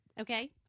okay